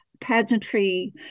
pageantry